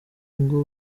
ngo